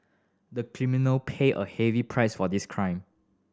the criminal paid a heavy price for this crime